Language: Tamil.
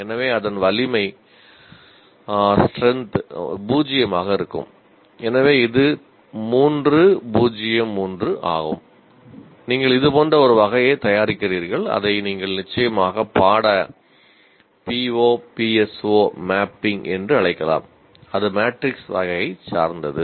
எனவே அதன் வலிமை வகையை சார்ந்தது